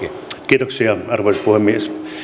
kiitoksia arvoisa puhemies